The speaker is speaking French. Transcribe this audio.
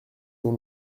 dont